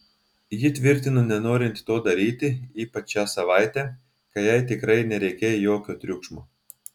ji tvirtino nenorinti to daryti ypač šią savaitę kai jai tikrai nereikia jokio triukšmo